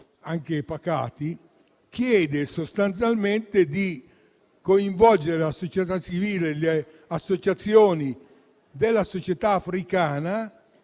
molto pacati, esso chiede sostanzialmente di coinvolgere la società civile, le associazioni della società africana,